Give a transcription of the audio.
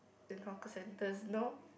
in hawker centers no